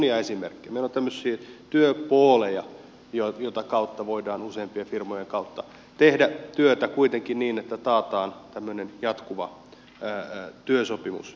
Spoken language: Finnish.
meillä on tämmöisiä työpooleja joiden kautta voidaan tehdä työtä useampien firmojen kautta kuitenkin niin että taataan jatkuva työsopimus